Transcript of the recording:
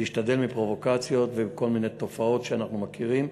להשתדל בלי פרובוקציות וכל מיני תופעות שאנחנו מכירים,